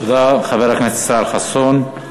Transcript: תודה, חבר הכנסת ישראל חסון.